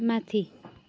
माथि